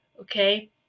Okay